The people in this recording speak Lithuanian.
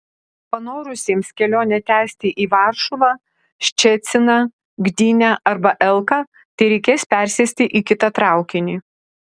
panorusiems kelionę tęsti į varšuvą ščeciną gdynę arba elką tereikės persėsti į kitą traukinį